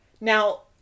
Now